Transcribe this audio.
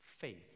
faith